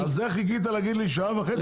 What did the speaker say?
את זה חיכית להגיד לי שעה וחצי?